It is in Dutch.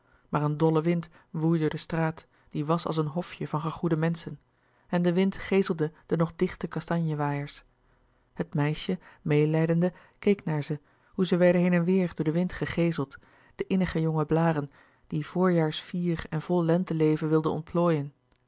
maar een dolle wind woei door de straat die was als een hofje van gegoede menschen en de wind geeselde de nog dichte kastanje waaiers het meisje meêlijdende keek naar ze hoe ze werden heen en weêr door den wind gegeeseld de innige jonge blâren die voorjaarsfier en vol lenteleven wilden ontplooien